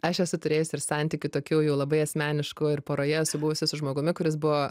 aš esu turėjus ir santykių tokių jau labai asmeniškų ir poroje esu buvusiu su žmogumi kuris buvo